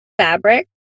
fabric